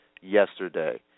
yesterday